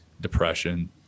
depression